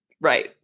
right